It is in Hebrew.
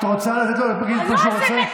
את רוצה לתת לו להגיד את מה שהוא רוצה?